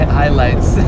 highlights